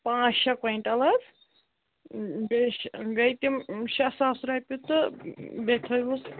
پانٛژھ شےٚ کۄینٛٹَل حظ بیٚیہِ چھِ گٔے تِم شےٚ ساس رۄپیہِ تہٕ بیٚیہِ تھٲوِہوٗس